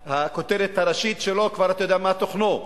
מהכותרת הראשית שלו אתה כבר יודע מה תוכנו.